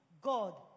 God